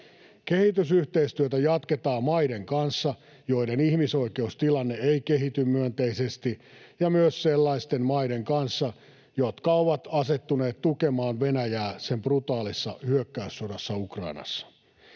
Kehitysyhteistyötä jatketaan maiden kanssa, joiden ihmisoikeustilanne ei kehity myönteisesti, ja myös sellaisten maiden kanssa, jotka ovat asettuneet tukemaan Venäjää sen brutaalissa hyökkäyssodassa Ukrainassa.